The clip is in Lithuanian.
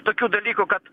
tokių dalykų kad